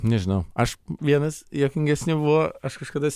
nežinau aš vienas juokingesnių buvo aš kažkada